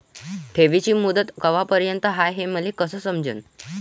ठेवीची मुदत कवापर्यंत हाय हे मले कस समजन?